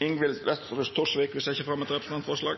Ingvild Wetrhus Thorsvik vil setja fram eit representantforslag.